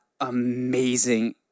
amazing